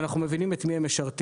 ואנחנו מבינים את מי הם משרתים.